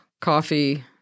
coffee